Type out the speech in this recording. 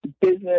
business